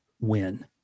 win